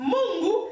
Mungu